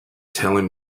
telling